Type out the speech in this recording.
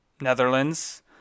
Netherlands